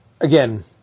again